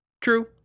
True